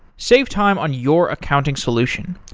save time on your accounting solution.